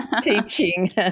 teaching